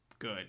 good